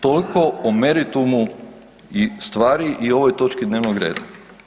Toliko o meritumu stvari i ovoj točki dnevnog reda.